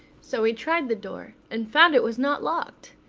so he tried the door, and found it was not locked!